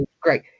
great